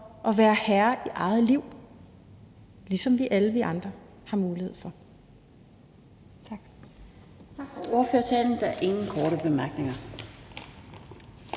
at være herre i eget liv, ligesom alle vi andre har mulighed for.